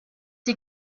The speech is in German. die